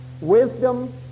wisdom